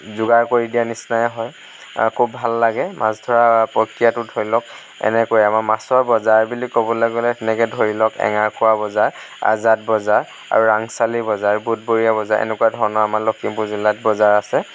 যোগাৰ কৰি দিয়াৰ নিচিনাই হয় খুব ভাল লাগে মাছ ধৰাৰ প্ৰক্ৰিয়াটো ধৰি লওঁক এনেকৈয়ে আমাৰ মাছৰ বজাৰ বুলি ক'বলৈ গ'লে তেনেকৈ ধৰি লওঁক এঙাৰখোৱা বজাৰ আজাদ বজাৰ আৰু ৰাংচালি বজাৰ বুধবৰীয়া বজাৰ এনেকুৱা ধৰণৰ আমাৰ লখিমপুৰ জিলাত বজাৰ আছে